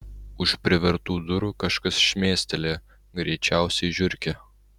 už privertų durų kažkas šmėstelėjo greičiausiai žiurkė